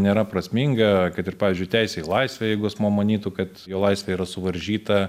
nėra prasminga kad ir pavyzdžiui teisė į laisvę jeigu asmuo manytų kad jo laisvė yra suvaržyta